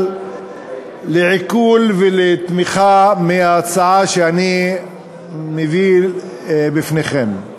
לעיכול ולתמיכה מההצעה שאני מביא בפניכם.